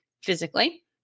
physically